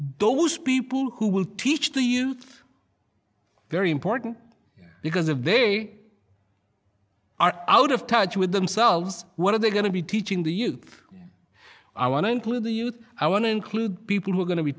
those people who will teach the youth very important because of they are out of touch with themselves what are they going to be teaching the youth i want to include the youth i want to include people who are going to be